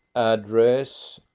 address?